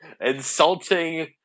Insulting